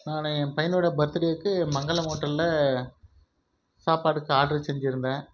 நான் என் பையனோடய பர்த்டேக்கு மங்களம் ஹோட்டலில் சாப்பாடுக்கு ஆர்டர் செஞ்சுருந்தேன்